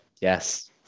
yes